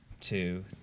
two